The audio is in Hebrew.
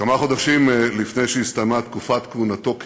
כמה חודשים לפני שהסתיימה תקופת כהונתו כנשיא,